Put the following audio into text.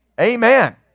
Amen